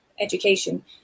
education